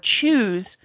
choose